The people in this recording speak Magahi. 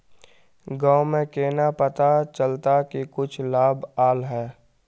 गाँव में केना पता चलता की कुछ लाभ आल है?